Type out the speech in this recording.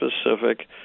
specific